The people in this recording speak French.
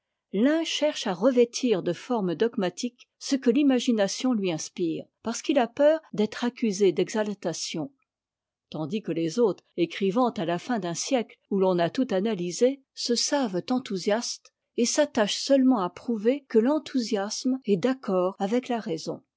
un cherche à revêtir de formes dogmatiques ce que l'imagination lui inspire parce qu'il a peur d'être accusé d'exaltation tandis que les autres écrivant à la fin d'un siècle où l'on a tout analysé se savent enthousiastes et s'attachent seulement à prouver que t'enthousiasme est d'accord avec la raison